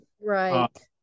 Right